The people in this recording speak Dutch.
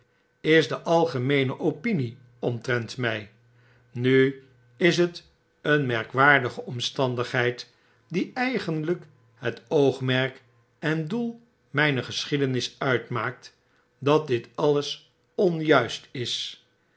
is de algemeene opinie omtrent my nu is het een merkwaardige omstandigheid die eigenltjk het oogmerk en doelmyner geschiedenis uitmaakt dat dit alles onjuistis dit is